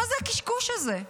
מה זה הקשקוש הזה?